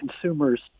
consumers